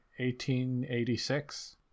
1886